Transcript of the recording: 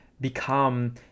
become